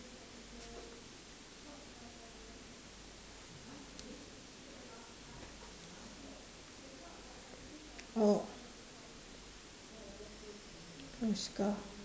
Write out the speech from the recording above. oh what's ska